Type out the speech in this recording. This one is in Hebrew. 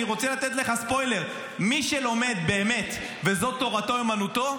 אני רוצה לתת לך ספוילר: מי שלומד באמת ותורתו אומנותו,